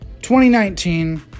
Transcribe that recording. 2019